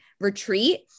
retreat